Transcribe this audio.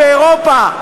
באירופה,